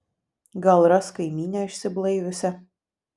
gal ras kaimynę išsiblaiviusią